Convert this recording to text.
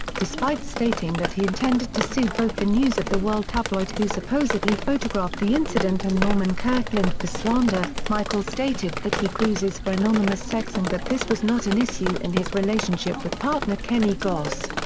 despite stating that he intended to sue both the news of the world tabloid who supposedly photographed the incident and norman kirtland for slander, michael stated that he cruises for anonymous sex and that this was not an issue in his relationship with partner kenny goss.